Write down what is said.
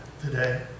today